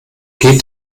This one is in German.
geht